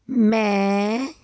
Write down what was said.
ਮੈਂ